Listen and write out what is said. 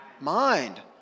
Mind